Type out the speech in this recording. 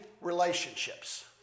relationships